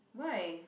why